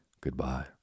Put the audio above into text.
Goodbye